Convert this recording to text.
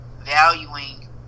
valuing